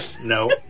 no